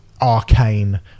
arcane